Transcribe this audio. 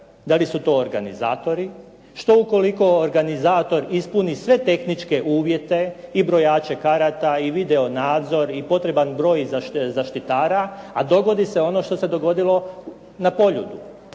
Da li su to organizator. Što ukoliko organizator ispuni sve tehničke uvjete i brojače karata i videonadzor i potreban broj zaštitara a dogodi se ono što se dogodilo na Poljudu.